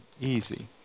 easy